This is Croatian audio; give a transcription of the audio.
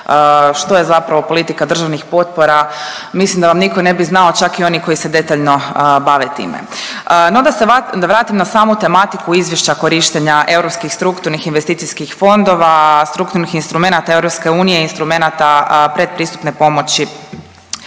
što je zapravo politika državnih potpora. Mislim da vam nitko ne bi znao čak i oni koji se detaljno bave time. No da se vratim na samu tematiku izvješća korištenja europskih strukturnih investicijskih fondova, strukturnih instrumenata EU, instrumenata predpristupne pomoći.